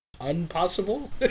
Unpossible